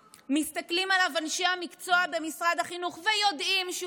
מסתכלים עליו אנשי המקצוע במשרד החינוך ויודעים שהוא משקר.